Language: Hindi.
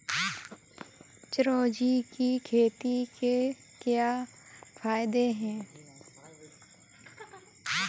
चिरौंजी की खेती के क्या फायदे हैं?